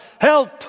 Help